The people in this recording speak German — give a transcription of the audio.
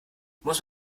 muss